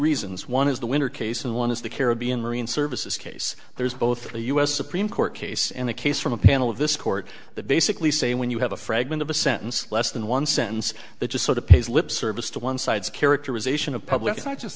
reasons one is the winner case and one is the caribbean marine services case there's both a us supreme court case and a case from a panel of this court that basically say when you have a fragment of a sentence less than one sentence that just sort of pays lip service to one side's characterization of public i